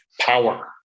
power